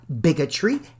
bigotry